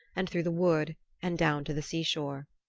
and through the wood, and down to the seashore.